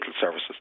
services